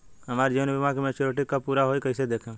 हमार जीवन बीमा के मेचीयोरिटी कब पूरा होई कईसे देखम्?